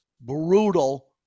brutal